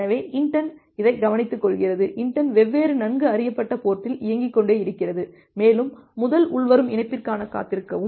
எனவே inetd இதை கவனித்துக்கொள்கிறது inetd வெவ்வேறு நன்கு அறியப்பட்ட போர்டில் இயங்கிக் கொண்டே இருக்கிறது மேலும் முதல் உள்வரும் இணைப்பிற்காக காத்திருக்கவும்